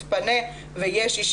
יש סוגים של